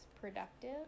productive